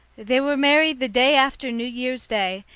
they were married the day after new year's day,